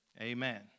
Amen